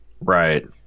Right